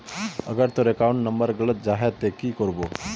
अगर तोर account number गलत जाहा ते की करबो?